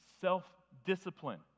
self-discipline